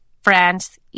France